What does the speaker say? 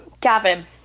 Gavin